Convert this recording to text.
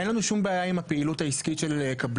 אין לנו שום בעיה עם הפעילות העסקית של קבלנים,